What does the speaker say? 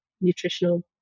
nutritional